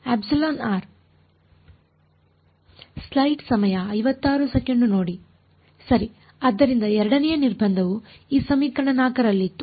ಸರಿ ಆದ್ದರಿಂದ ಎರಡನೆಯ ನಿರ್ಬಂಧವು ಈ ಸಮೀಕರಣ 4 ರಲ್ಲಿತ್ತು